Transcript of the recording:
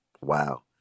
Wow